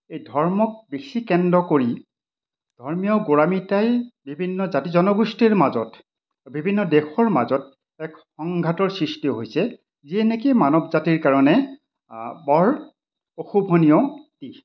এই ধৰ্মক বেছি কেন্দ্ৰ কৰি ধৰ্মীয় গোৰামিতাই বিভিন্ন জাতি জনগোষ্ঠীৰ মাজত বিভিন্ন দেশৰ মাজত এক সংঘাটৰ সৃষ্টি হৈছে যিয়ে নেকি মানৱ জাতিৰ কাৰণে বৰ অশুভনীয় দিশ